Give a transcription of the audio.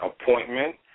appointment